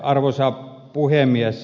arvoisa puhemies